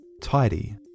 Tidy